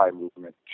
movement